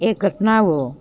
એ ઘટનાઓ